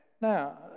Now